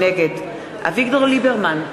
נגד אביגדור ליברמן,